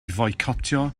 foicotio